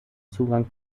zugang